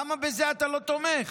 למה בזה אתה לא תומך?